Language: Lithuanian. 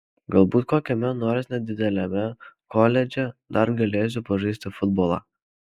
galbūt kokiame nors nedideliame koledže dar galėsiu pažaisti futbolą